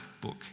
book